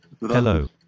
hello